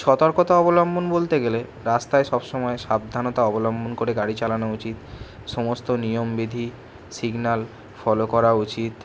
সতর্কতা অবলম্বন বলতে গেলে রাস্তায় সব সময় সাবধানতা অবলম্বন করে গাড়ি চালানো উচিত সমস্ত নিয়ম বিধি সিগন্যাল ফলো করা উচিত